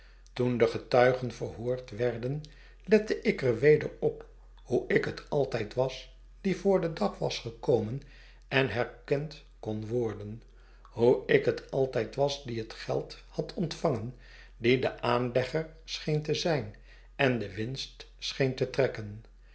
toen de getuigen verhoord werden lette ik er weder op hoe ik het altijd was die voor den dag was gekomen en herkend kon worden hoe ik het altijd was die het geld had ontvangen die de aanlegger scheen te zijn en de winst scheen te trekken